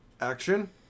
Action